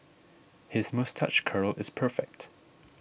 his moustache curl is perfect